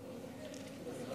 תודה.